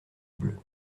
bleu